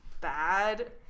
bad